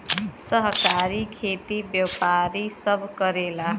सहकारी खेती व्यापारी सब करेला